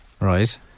Right